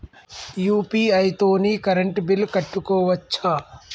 UPI తోని current bill కట్టుకోవచ్ఛా?